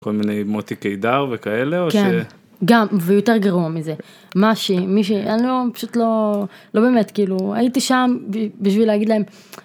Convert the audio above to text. כל מיני מוטי קידר וכאלה, או ש... כן, גם, ויותר גרוע מזה, משהי משהי אני פשוט לא לא באמת כאילו הייתי שם בשביל להגיד להם.